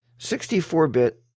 64-bit